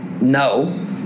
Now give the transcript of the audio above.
No